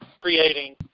creating